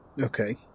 okay